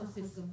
נוסיף חו"ל.